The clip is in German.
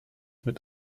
mit